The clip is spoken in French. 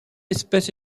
espèce